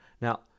Now